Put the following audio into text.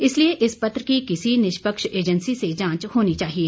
इसलिए इस पत्र की किसी निष्पक्ष एजेंसी से जांच होनी चाहिए